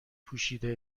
پوشیده